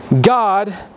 God